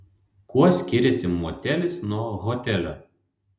kuo skiriasi motelis nuo hotelio